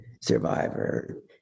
Survivor